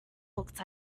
looked